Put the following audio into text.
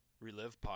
Relive